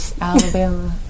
Alabama